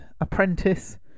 apprentice